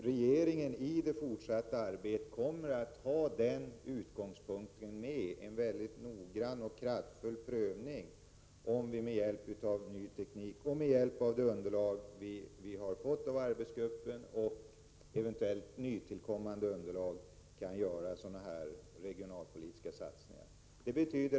Regeringen kommer i det fortsatta arbetet att ha detta som utgångspunkt för en väldigt noggrann och kraftfull prövning, som syftar till att ge ett svar på frågan om vi med hjälp av ny teknik, av det underlag som vi redan har fått av arbetsgruppen och eventuellt också av nytillkommande underlag kan göra några regionalpolitiska satsningar i detta sammanhang.